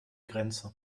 grenze